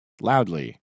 loudly